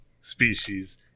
species